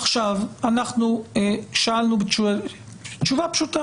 עכשיו אנחנו שאלנו שאלה פשוטה,